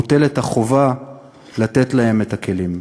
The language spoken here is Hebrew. מוטלת החובה לתת להם את הכלים.